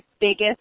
biggest